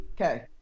Okay